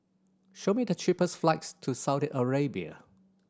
show me the cheapest flights to Saudi Arabia